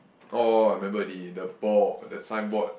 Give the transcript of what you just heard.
oh I remember already the board the signboard